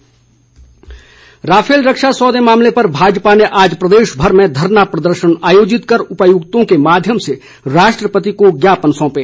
Rafale Bhajpa Rafale रक्षा सौदे मामले पर भाजपा ने आज प्रदेशभर में धरना प्रदर्शन आयोजित कर उपायुक्तों के माध्यम से राष्ट्रपति को ज्ञापन सौंपे